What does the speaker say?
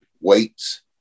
weights